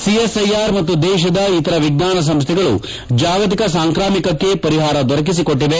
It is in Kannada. ಸಿಎಸ್ಐಆರ್ ಮತ್ತು ದೇಶದ ಇತರ ವಿಜ್ಞಾನ ಸಂಸ್ನೆಗಳು ಜಾಗತಿಕ ಸಾಂಕ್ರಾಮಿಕಕ್ಕೆ ಪರಿಹಾರ ದೊರಕಿಸಿ ಕೊಟ್ಟವೆ